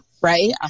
right